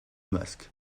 masques